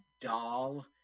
doll